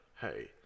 hey